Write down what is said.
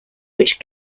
which